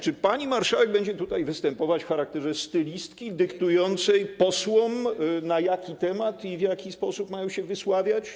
Czy pani marszałek będzie tutaj występować w charakterze stylistki dyktującej posłom, na jaki temat i w jaki sposób mają się wysławiać?